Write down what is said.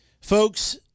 folks